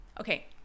Okay